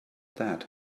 that